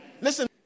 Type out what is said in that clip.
listen